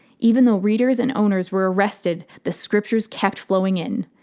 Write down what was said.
even though readers and owners were arrested, the scriptures kept flowing in.